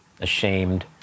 ashamed